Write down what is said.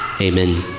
Amen